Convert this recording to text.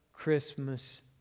Christmas